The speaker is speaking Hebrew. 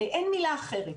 אין מילה אחרת.